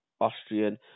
Austrian